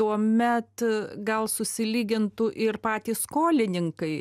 tuomet gal susilygintų ir patys skolininkai